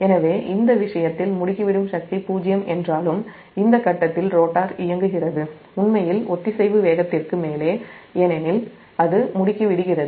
எனவே இந்த விஷயத்தில் முடுக்கிவிடும் சக்தி '0' என்றாலும் இந்த ஃபேஸ்ல் ரோட்டார் இயங்குகிறது உண்மையில் ஒத்திசைவு வேகத்திற்கு மேலே ஏனெனில் அது முடுக்கி விடுகிறது